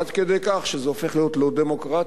עד כדי כך שזה הופך להיות לא דמוקרטי.